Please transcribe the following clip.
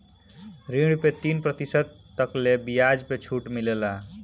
ऋण पे तीन प्रतिशत तकले के बियाज पे छुट मिलेला